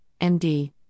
MD